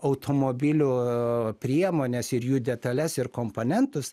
automobilių priemones ir jų detales ir komponentus